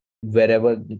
wherever